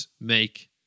make